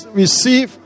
receive